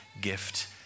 gift